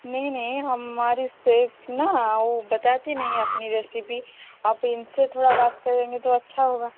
नहीं नहीं हमारे सेफ ना वो बताती नहीं है अपनी रेसिपी आप इन से थोड़ा बात करेंगे तो अच्छा होगा